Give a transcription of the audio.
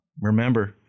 remember